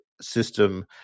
system